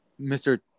Mr